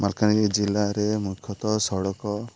ମାଲକାନଗିରି ଜିଲ୍ଲାରେ ମୁଖ୍ୟତଃ ସଡ଼କ